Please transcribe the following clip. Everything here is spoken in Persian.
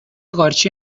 قارچی